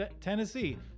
Tennessee